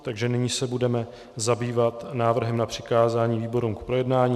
Takže nyní se budeme zabývat návrhem na přikázání výborům k projednání.